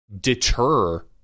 deter